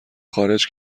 خارج